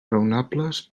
raonables